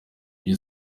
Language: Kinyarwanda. ibyo